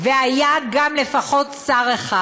והיה גם לפחות שר אחד.